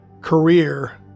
career